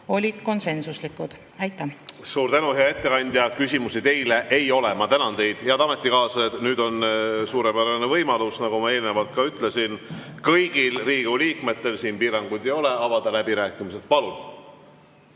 olid konsensuslikud. Aitäh! Suur tänu, hea ettekandja! Küsimusi teile ei ole. Ma tänan teid. Head ametikaaslased, nüüd on suurepärane võimalus, nagu ma eelnevalt ütlesin, kõigil Riigikogu liikmetel, siin piiranguid ei ole, avada läbirääkimised. Palun!